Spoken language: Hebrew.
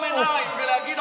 דרך אגב,